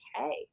okay